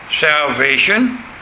Salvation